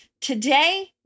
Today